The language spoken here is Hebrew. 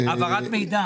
העברת מידע.